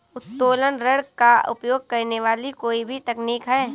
उत्तोलन ऋण का उपयोग करने वाली कोई भी तकनीक है